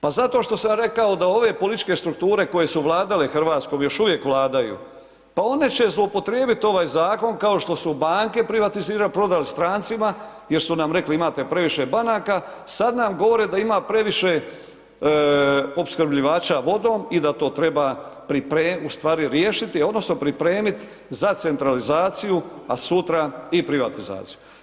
Pa zato što sam rekao da ove političke strukture koje su vladale Hrvatske i još uvijek vladaju, pa one će zloupotrijebit ovaj zakon kao što su banke privatizirali prodali strancima jer su nam rekli imate previše banaka, sad nam govore da ima previše opskrbljivača vodom i da to treba pripremiti, u stvari riješiti odnosno pripremit za centralizaciju, a sutra i privatizaciju.